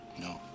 No